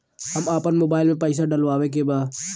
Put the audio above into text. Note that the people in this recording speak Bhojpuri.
हम आपन मोबाइल में पैसा डलवावे के बा?